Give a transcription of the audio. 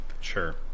Sure